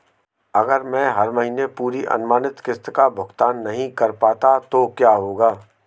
अगर मैं हर महीने पूरी अनुमानित किश्त का भुगतान नहीं कर पाता तो क्या होगा?